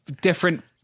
different